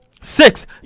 six